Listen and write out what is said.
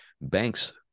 banks